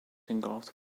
engulfed